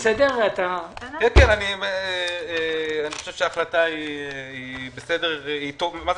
אני חושב שההחלטה היא טובה מאוד.